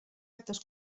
actes